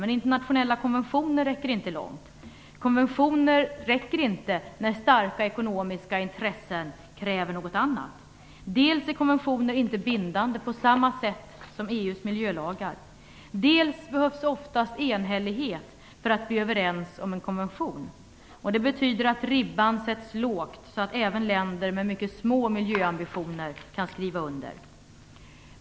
Men internationella konventioner räcker inte långt. Konventioner räcker inte när starka ekonomiska intressen kräver något annat. Dels är konventioner inte bindande på samma sätt som EU:s miljölagar, dels behövs oftast enhällighet för att bli överens om en konvention. Det betyder att ribban sätts lågt, så att även länder med mycket små miljöambitioner kan skriva under.